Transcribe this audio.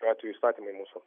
atveju įstatymai mūsų